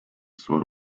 sort